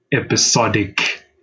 episodic